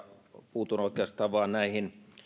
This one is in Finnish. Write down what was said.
puutun oikeastaan vain näihin